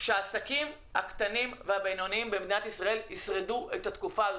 שהעסקים הקטנים והבינוניים במדינת ישראל ישרדו את התקופה הזו,